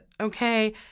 Okay